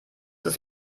ist